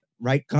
Right